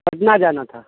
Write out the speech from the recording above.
پٹنہ جانا تھا